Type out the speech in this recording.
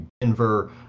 Denver